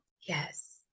Yes